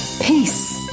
Peace